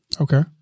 Okay